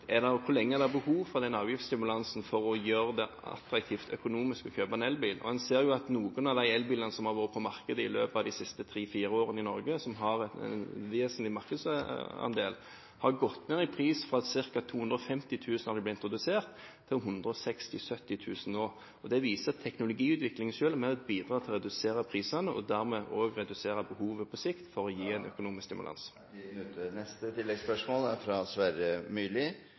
hvor lenge det er behov for en avgiftsstimulans for å gjøre det attraktivt økonomisk å kjøpe elbil. Noen av de elbilene som har vært på markedet i løpet av de siste tre–fire årene i Norge, som har en vesentlig markedsandel, har gått ned i pris fra ca. 250 000 kr da de ble introdusert, til 160 000–170 000 kr nå. Det viser at teknologiutviklingen i seg selv har bidratt til å redusere prisene og har dermed på sikt redusert behovet for å gi økonomisk